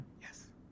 Yes